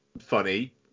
funny